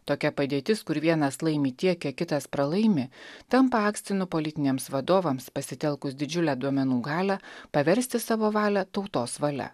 tokia padėtis kur vienas laimi tiek kiek kitas pralaimi tampa akstinu politiniams vadovams pasitelkus didžiulę duomenų galią paversti savo valią tautos valia